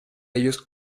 ellos